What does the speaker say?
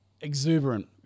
exuberant